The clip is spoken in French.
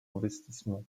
investissement